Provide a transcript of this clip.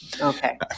Okay